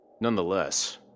Nonetheless